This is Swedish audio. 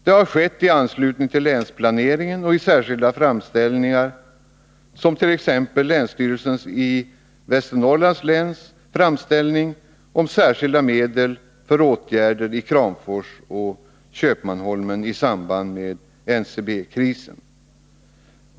Det har skett i anslutning till länsplaneringen och i särskilda framställningar — t.ex. länsstyrelsens i Västernorrlands län framställning om särskilda medel för åtgärder i Kramfors och Köpmanholmen i samband med NCB-krisen.